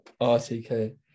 RTK